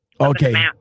Okay